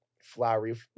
flowery